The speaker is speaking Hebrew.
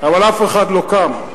אבל אף אחד לא קם,